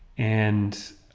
and